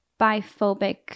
biphobic